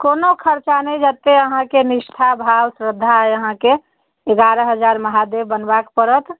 कोनो खरचा नहि जतेक अहाँकेँ निष्ठा भाव श्रद्धा अइ अहाँकेँ एगारह हजार महादेव बनबऽके पड़त